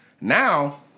now